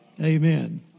Amen